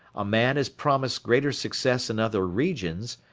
a man is promised greater success in other regions,